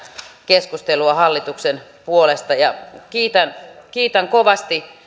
keskustelua hallituksen puolesta kiitän kiitän kovasti